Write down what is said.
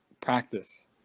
practice